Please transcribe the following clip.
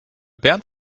bernd